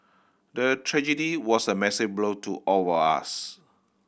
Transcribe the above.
the tragedy was a massive blow to all of us